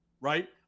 Right